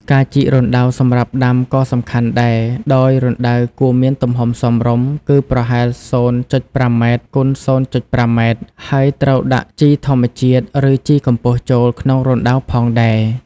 ការជីករណ្តៅសម្រាប់ដាំក៏សំខាន់ដែរ ដោយរណ្តៅគួរមានទំហំសមរម្យ គឺប្រហែល ០.៥ ម៉ែត្រ គុណ ០.៥ ម៉ែត្រ ហើយត្រូវដាក់ជីធម្មជាតិ ឬជីកំប៉ុស្តចូលក្នុងរណ្តៅផងដែរ។